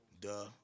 Duh